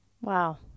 Wow